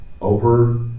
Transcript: over